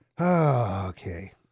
Okay